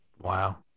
Wow